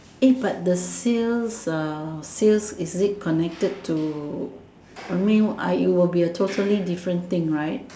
but the sales sales isn't it connected to I mean it would be a totally different thing right